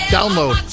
Download